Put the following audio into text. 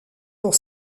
pour